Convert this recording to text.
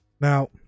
Now